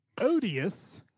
Odious